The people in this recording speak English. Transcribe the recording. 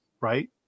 right